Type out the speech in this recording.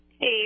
Hey